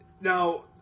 Now